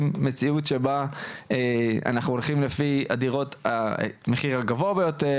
מציאות שבה אנחנו הולכים על הדירות לפי המחיר הגבוה ביותר,